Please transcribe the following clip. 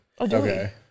Okay